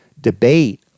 debate